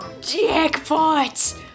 Jackpot